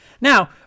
Now